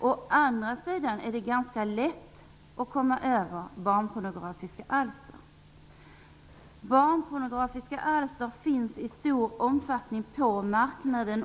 Å andra sidan är det ganska lätt att komma över barnpornografiska alster. Barnpornografiska alster finns i stor omfattning på marknaden.